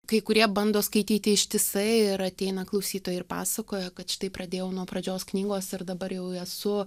kai kurie bando skaityti ištisai ir ateina klausytojai ir pasakoja kad štai pradėjau nuo pradžios knygos ir dabar jau esu